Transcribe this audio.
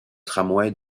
tramway